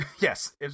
Yes